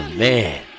man